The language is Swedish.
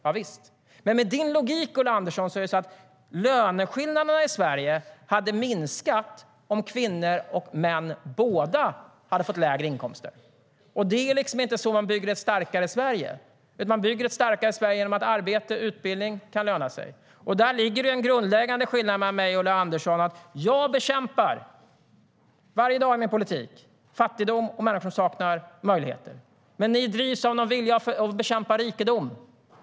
Javisst, men med din logik, Ulla Andersson, hade löneskillnaderna i Sverige minskat om både kvinnor och män hade fått lägre inkomster. Det är liksom inte så man bygger ett starkare Sverige, utan man bygger ett starkare Sverige genom att se till att arbete och utbildning kan löna sig. Den grundläggande skillnaden mellan mig och Ulla Andersson är att jag varje dag med min politik bekämpar fattigdom och människors brist på möjligheter, medan ni drivs av någon vilja att bekämpa rikedom.